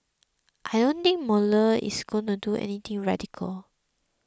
I don't think Mueller is going to do anything radical